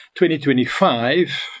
2025